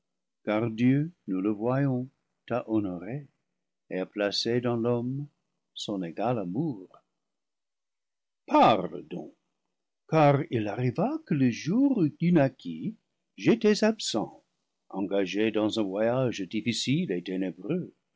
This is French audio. car dieu nous le voyons t'a honoré et a placé dans l'homme son égal amour parle donc car il arriva que le jour où tu naquis j'étais absent engagé dans un voyage difficile et ténébreux